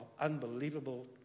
unbelievable